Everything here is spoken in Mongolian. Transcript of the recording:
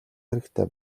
хэрэгтэй